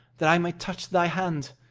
that i may touch thy hand!